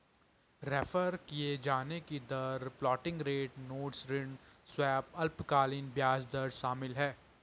refer किये जाने की दर फ्लोटिंग रेट नोट्स ऋण स्वैप अल्पकालिक ब्याज दर शामिल है